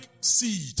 seed